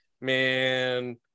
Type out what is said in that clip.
man